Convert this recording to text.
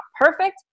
perfect